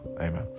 amen